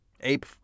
Ape